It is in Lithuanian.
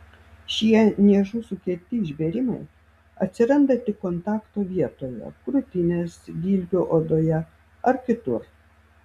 šie niežų sukelti išbėrimai atsiranda tik kontakto vietoje krūtinės dilbio odoje ar kitur